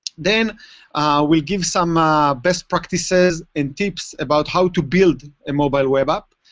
then we'll give some ah best practices and tips about how to build a mobile web app.